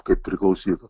kaip priklausytų